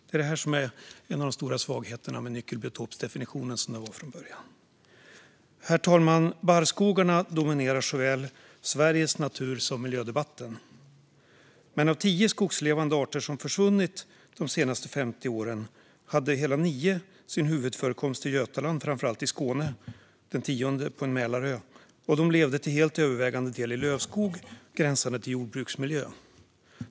Det är det här som är en av de stora svagheterna med nyckelbiotopsdefinitionen som den var från början. Herr talman! Barrskogarna dominerar såväl Sveriges natur som miljödebatten. Men av tio skogslevande arter som försvunnit de senaste 50 åren hade hela nio sin huvudförekomst i Götaland, framför allt i Skåne, och den tionde på en Mälarö. De levde till helt övervägande del i lövskog gränsande till jordbruksmiljö.